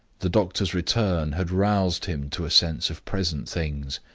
the doctor's return had roused him to a sense of present things.